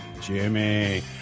Jimmy